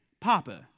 Papa